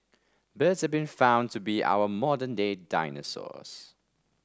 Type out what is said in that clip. birds have been found to be our modern day dinosaurs